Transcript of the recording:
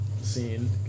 scene